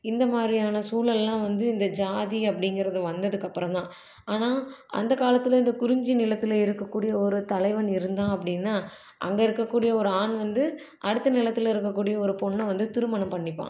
இந்த மாதிரியான சூழல்லாம் வந்து இந்த ஜாதி அப்படிங்கிறது வந்ததுக்கப்பறம் தான் ஆனால் அந்த காலத்தில் இந்த குறிஞ்சி நிலத்தில் இருக்கக்கூடிய ஒரு தலைவன் இருந்தான் அப்படின்னா அங்கே இருக்கக்கூடிய ஒரு ஆண் வந்து அடுத்த நிலத்தில் இருக்கக்கூடிய ஒரு பெண்ண வந்து திருமணம் பண்ணிப்பான்